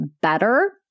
better